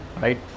Right